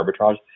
arbitrage